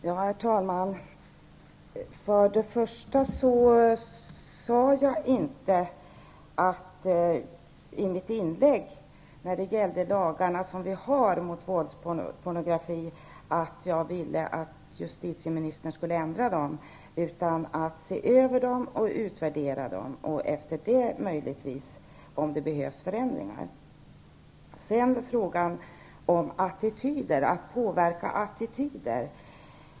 Herr talman! Jag sade i mitt inlägg inte att jag ville att justitieministern skulle ändra de lagar vi har mot våldspornografi utan att man skulle se över dem, utvärdera dem, och därefter möjligtvis, om det behövs, föreslå förändringar av dem. Så till frågan om att påverka attityder.